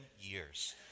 years